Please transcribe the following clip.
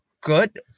good